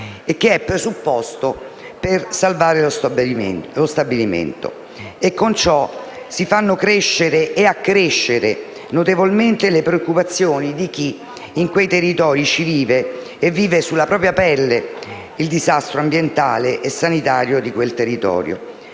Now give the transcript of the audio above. che è presupposto per salvare lo stabilimento. Con ciò si fanno crescere e accrescere notevolmente le preoccupazioni di chi in quei territori vive e vive sulla propria pelle il disastro ambientale e sanitario. Dispiace